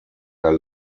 der